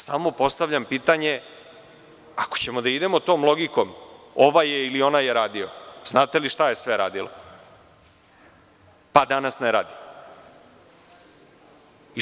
Samo postavljam pitanje, ako ćemo da idemo tom logikom, ovaj je ili onaj je radio, znate li šta je sve radilo, pa danas ne radi?